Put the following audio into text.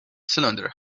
cylinder